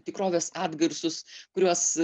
tikrovės atgarsius kuriuos